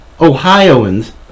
ohioans